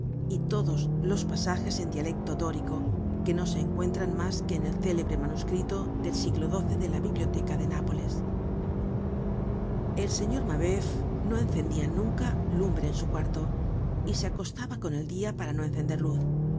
y todos los pasajes en dialecto dórico que no se encuentran mas que en el célebre manuscrito del siglo xii de la biblioteca de ñapoles el señor mabeuf no encendia nunca lumbre en su cuarto y se acostaba con el dia para no encender